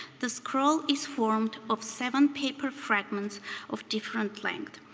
the scroll is formed of seven paper fragments of different length.